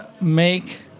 make